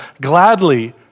gladly